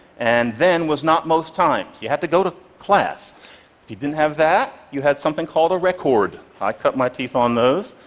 and then was not most times. you had to go to class. if you didn't have that, you had something called a record. i cut my teeth on those.